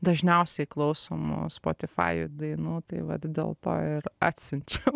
dažniausiai klausomų spotifajuj dainų tai vat dėl to ir atsiunčiau